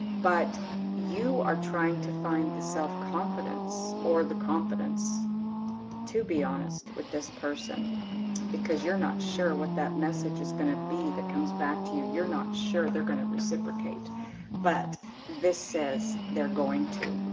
but you are trying to find the self-confidence or the confidence to be honest with this person because you're not sure what that message is going to be that comes back to you you're not sure they're going to reciprocate but this says they're going to